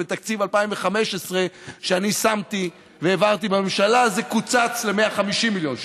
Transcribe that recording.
ובתקציב 2015 שאני שמתי והעברתי בממשלה זה קוצץ ל-150 מיליון שקל.